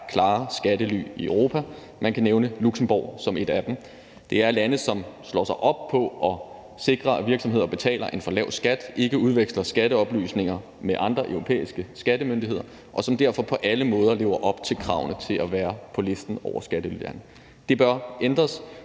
klare skattely i Europa. Man kan nævne Luxembourg som et af dem. Det er lande, som slår sig op på at sikre, at virksomheder betaler en for lav skat, og ikke udveksler skatteoplysninger med andre europæiske skattemyndigheder, og som derfor på alle måder lever op til kravene til at være på listen over skattelylande. Det bør ændres.